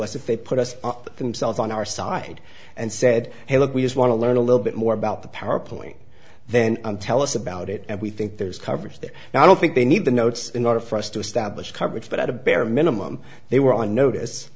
us if they put us up themselves on our side and said hey look we just want to learn a little bit more about the power point then tell us about it and we think there's coverage there and i don't think they need the notes in order for us to establish coverage but at a bare minimum they were on notice